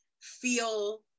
feel